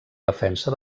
defensa